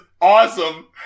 awesome